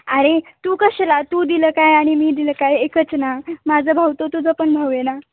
अरे तू कशाला तू दिलं काय आणि मी दिलं काय एकच ना माझं भाऊ तो तुझा पण भाऊ आहे ना